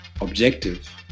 objective